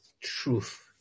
truth